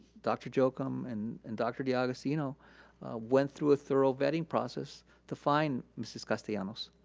dr. jocham and and dr. d'agostino went through a thorough vetting process to find mrs. castellanos.